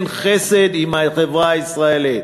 כן, חסד עם החברה הישראלית.